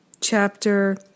chapter